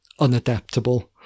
unadaptable